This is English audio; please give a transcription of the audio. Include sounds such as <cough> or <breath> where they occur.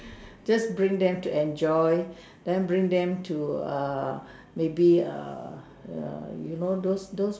<breath> just bring them to enjoy then bring them to err maybe err err you know those those